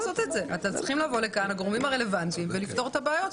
צריכים לבוא לכאן הגורמים הרלוונטיים ולפתור את הבעיות.